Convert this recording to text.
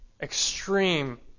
extreme